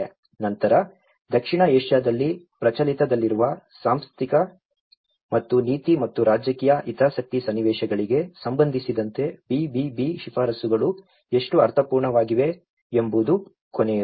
ನಂತರ ದಕ್ಷಿಣ ಏಷ್ಯಾದಲ್ಲಿ ಪ್ರಚಲಿತದಲ್ಲಿರುವ ಸಾಂಸ್ಥಿಕ ಮತ್ತು ನೀತಿ ಮತ್ತು ರಾಜಕೀಯ ಹಿತಾಸಕ್ತಿ ಸನ್ನಿವೇಶಗಳಿಗೆ ಸಂಬಂಧಿಸಿದಂತೆ BBB ಶಿಫಾರಸುಗಳು ಎಷ್ಟು ಅರ್ಥಪೂರ್ಣವಾಗಿವೆ ಎಂಬುದು ಕೊನೆಯದು